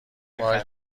وای